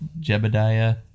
Jebediah